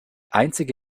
einzige